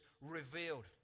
revealed